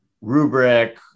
rubric